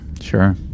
sure